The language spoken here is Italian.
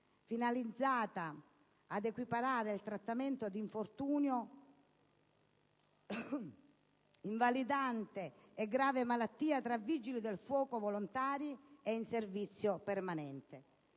finalizzata ad equiparare il trattamento di infortunio invalidante e grave malattia tra Vigili del fuoco volontari e in servizio permanente,